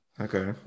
Okay